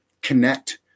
connect